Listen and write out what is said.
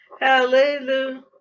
Hallelujah